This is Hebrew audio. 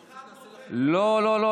לא, לא.